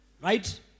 right